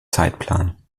zeitplan